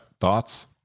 Thoughts